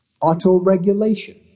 Autoregulation